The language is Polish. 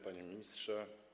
Panie Ministrze!